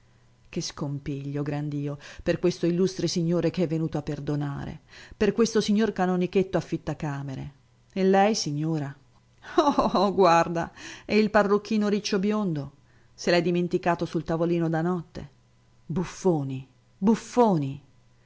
che scompiglio gran dio per questo illustre signore che è venuto a perdonare per questo signor canonichetto affittacamere e lei signora oh oh oh guarda e il parrucchino riccio biondo se l'è dimenticato sul tavolino da notte buffoni buffoni